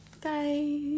guys